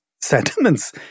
sentiments